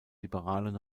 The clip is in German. liberalen